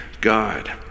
God